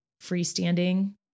freestanding